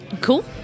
Cool